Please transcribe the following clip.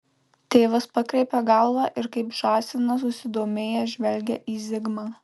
tėvas pakreipia galvą ir kaip žąsinas susidomėjęs žvelgia į zigmą